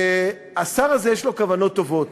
השר הזה יש לו כוונות טובות,